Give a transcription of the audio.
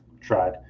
tried